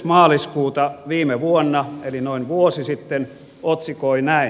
maaliskuuta viime vuonna eli noin vuosi sitten otsikoi näin